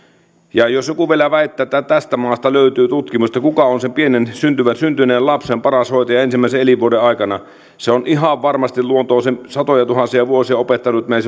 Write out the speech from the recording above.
ja jos joku vielä väittää että tästä maasta löytyy tutkimusta kuka on sen pienen syntyneen lapsen paras hoitaja ensimmäisen elinvuoden aikana se on ihan varmasti luonto on sen satojatuhansia vuosia opettanut meille